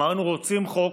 אמרנו: רוצים חוק,